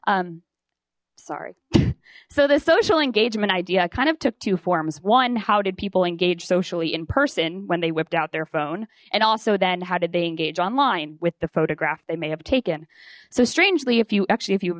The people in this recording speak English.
l sorry so the social engagement idea kind of took two forms one how did people engage socially in person when they whipped out their phone and also then how did they engage online with the photograph they may have taken so strangely if you actually if you